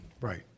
right